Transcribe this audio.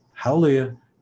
Hallelujah